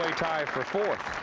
for fourth.